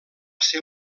ser